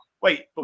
Wait